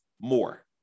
more